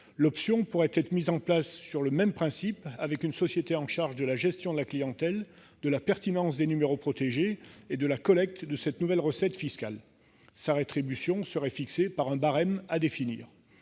» pourrait être mise en place sur le même principe, avec une société chargée de la gestion de la clientèle, de la détermination de la pertinence des numéros protégés et de la collecte de cette nouvelle recette fiscale. Sa rétribution serait fixée selon un barème à définir.